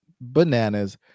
bananas